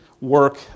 work